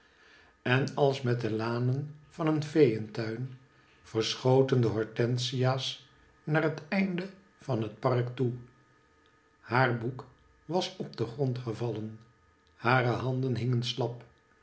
en als met de lanen van een feeentuin verschoten de hortensia's naar het einde van het park toe haar boek was op den grond gevallen hare handen hingen slap